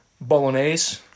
Bolognese